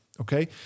okay